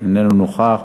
איננו נוכח.